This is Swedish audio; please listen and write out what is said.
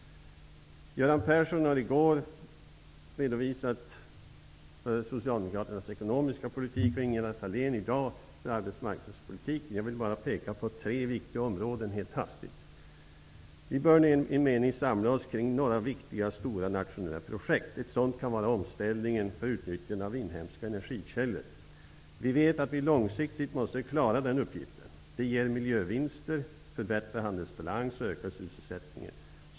Göran Persson redogjorde i går för Jag vill bara peka på tre viktiga områden helt hastigt. Vi bör enligt min mening samla oss kring några viktiga stora nationella projekt. Ett sådant kan vara omställningen för utnyttjande av inhemska energikällor. Vi vet att vi långsiktigt måste klara den uppgiften. Det ger miljövinster, förbättrar handelsbalansen och ökar sysselsättningen.